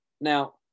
Now